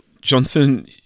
Johnson